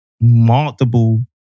multiple